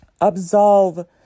absolve